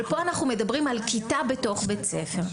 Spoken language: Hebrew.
אבל פה אנחנו מדברים על כיתה בתוך בית ספר.